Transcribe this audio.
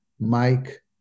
Mike